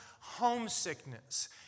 homesickness